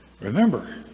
Remember